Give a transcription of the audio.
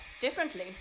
differently